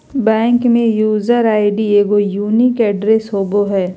bank में user ID एगो unique address होबो हइ